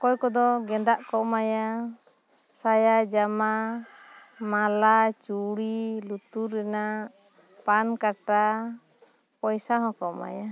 ᱚᱠᱚᱭ ᱠᱚᱫᱚ ᱜᱮᱫᱟᱜ ᱠᱚ ᱮᱢᱟᱭᱟ ᱥᱟᱭᱟ ᱡᱟᱢᱟ ᱢᱟᱞᱟ ᱪᱩᱲᱤ ᱞᱩᱛᱩᱨ ᱨᱮᱱᱟᱜ ᱯᱟᱱᱠᱟᱴᱟ ᱯᱚᱭᱥᱟ ᱦᱚᱸᱠᱚ ᱮᱢᱟᱭᱟ